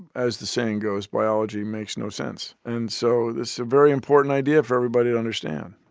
as the saying goes, biology makes no sense. and so this is a very important idea for everybody to understand